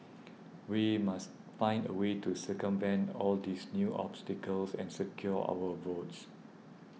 we must find a way to circumvent all these new obstacles and secure our votes